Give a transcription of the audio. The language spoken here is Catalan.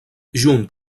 junt